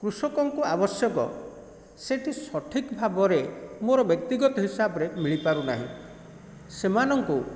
କୃଷକଙ୍କୁ ଆବଶ୍ୟକ ସେଟି ସଠିକ୍ ଭାବରେ ମୋର ବ୍ୟକ୍ତିଗତ ହିସାବରେ ମିଳିପାରୁ ନାହିଁ ସେମାନଙ୍କୁ